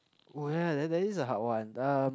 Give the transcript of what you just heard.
oh ya ya there there is a hard one um